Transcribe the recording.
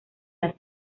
las